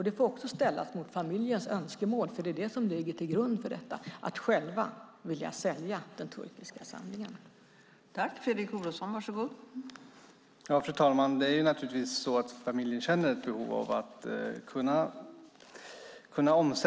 Det ska också ställas mot familjens önskemål att själv vilja sälja de turkiska samlingarna, för det är det som ligger till grund för detta.